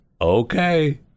Okay